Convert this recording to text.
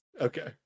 Okay